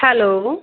hello